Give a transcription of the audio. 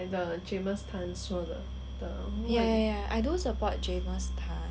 ya ya I don't support jamus tan